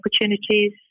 opportunities